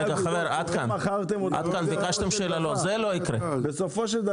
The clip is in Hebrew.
--- אתם מכרתם אותנו --- לא, זה לא ייקרה,